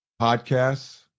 Podcasts